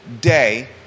day